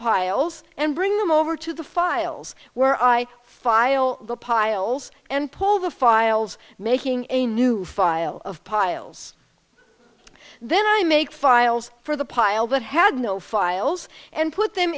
piles and bring them over to the files where i file the piles and pull the files making a new file of piles then i make files for the pile that had no files and put them